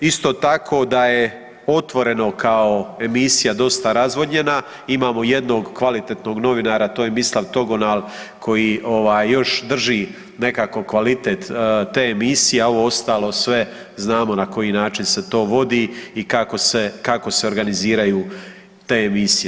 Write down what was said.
Isto tako da je Otvoreno kao emisija dosta razvodnjena, imamo jednog kvalitetnog novinara, a to je Mislav Togonal koji ovaj još drži nekako kvalitet te emisije, a ovo ostalo sve znamo na koji način se to vodi i kako se, kako se organiziraju te emisije.